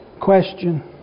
question